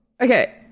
Okay